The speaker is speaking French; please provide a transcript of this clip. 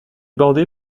bordée